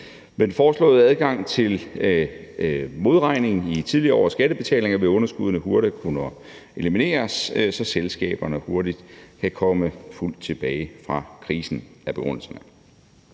den foreslåede adgang til modregning i tidligere års skattebetalinger vil underskuddene burde kunne elimineres, så selskaberne hurtigt kan komme fuldt tilbage fra krisen, er begrundelsen.